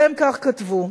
והם כך כתבו: